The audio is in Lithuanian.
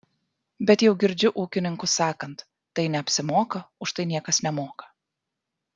bet jau girdžiu ūkininkus sakant tai neapsimoka už tai niekas nemoka